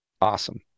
Awesome